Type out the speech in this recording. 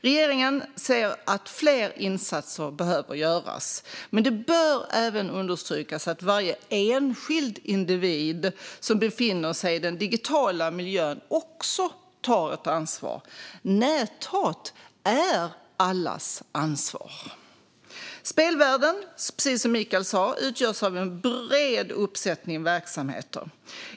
Regeringen ser att fler insatser behöver göras, men det bör även understrykas att varje enskild individ som befinner sig i den digitala miljön också tar ett ansvar. Näthat är allas ansvar. Spelvärlden utgörs, precis som Michael sa, av en bred uppsättning verksamheter.